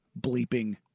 bleeping